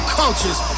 cultures